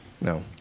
No